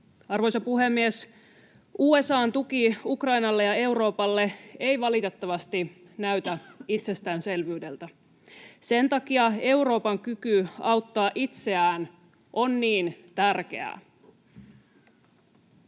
Arvoisa puhemies! USA:n tuki Ukrainalle ja Euroopalle ei valitettavasti näytä itsestäänselvyydeltä. Sen takia Euroopan kyky auttaa itseään on niin tärkeä.